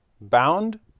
Bound